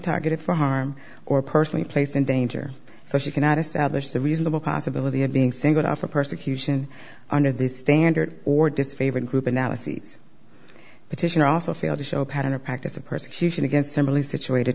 targeted for harm or personally place in danger so she cannot establish the reasonable possibility of being singled out for persecution under this standard or disfavored group analyses petitioner also fail to show a pattern or practice of persecution against similarly situated